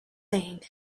saying